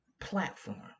platform